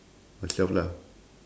myself lah